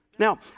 Now